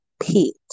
Pete